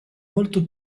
molto